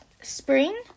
spring